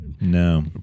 No